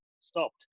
stopped